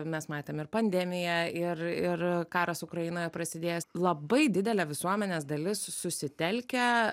mes matėm ir pandemija ir ir karas ukrainoje prasidėjęs labai didelė visuomenės dalis susitelkia